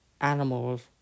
animals